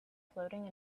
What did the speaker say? floating